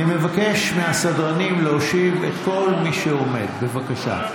אני מבקש מהסדרנים להושיב את כל מי שעומד, בבקשה.